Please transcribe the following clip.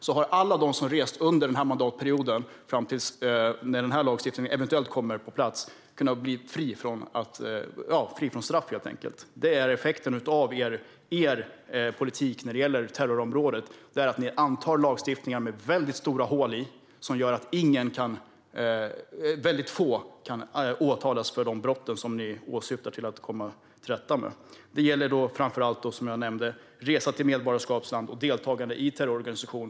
Så har alla de som rest under denna mandatperiod - det gäller fram till dess att den här lagstiftningen eventuellt kommer på plats - kunnat bli fria från straff, helt enkelt. Detta är effekten av er politik när det gäller terrorområdet. Ni antar lagstiftningar med väldigt stora hål i, som gör att väldigt få kan åtalas för de brott som ni syftar till att komma till rätta med. Det gäller framför allt, som jag nämnde, resa till medborgarskapsland och deltagande i terrororganisation.